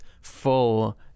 full